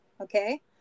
okay